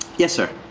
yes sir.